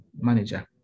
manager